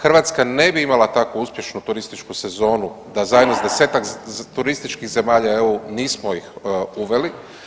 Hrvatska ne bi imala tako uspješnu turističku sezonu, da zajedno sa desetak turističkih zemalja EU nismo ih uveli.